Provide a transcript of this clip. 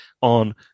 on